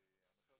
למסלול.